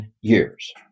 years